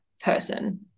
person